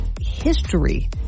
history